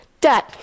Dad